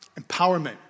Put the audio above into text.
empowerment